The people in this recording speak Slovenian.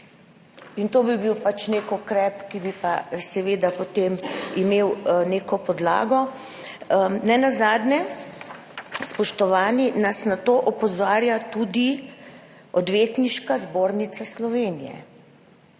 To bi bil pač nek ukrep, ki bi pa seveda potem imel neko podlago. Nenazadnje, spoštovani, nas na to opozarja tudi Odvetniška zbornica Slovenije.